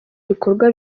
ibikorwa